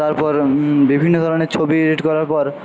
তারপর বিভিন্ন ধরণের ছবি এডিট করার পর